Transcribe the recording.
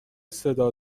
صدا